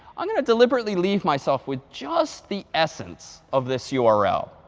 i'm going to deliberately leave myself with just the essence of this yeah url.